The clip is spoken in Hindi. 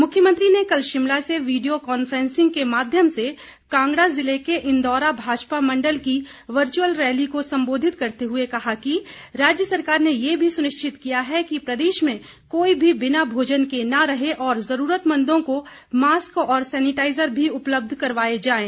मुख्यमंत्री ने कल शिमला से वीडियो कांफ्रेंसिंग के माध्यम से कांगड़ा जिले के इंदौरा भाजपा मंडल की वर्चुअल रैली को संबोधित करते हुए कहा कि राज्य सरकार ने यह भी सुनिश्चित किया कि प्रदेश में कोई भी बिना भोजन के न रहे और जरूरतमंदों को मास्क और सैनिटाइजर भी उपलब्ध करवाए जाएं